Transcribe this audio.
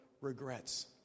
regrets